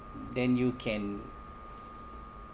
then you can